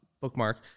bookmark